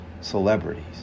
celebrities